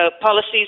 policies